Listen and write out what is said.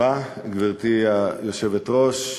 גברתי היושבת-ראש,